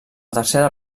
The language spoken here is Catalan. tercera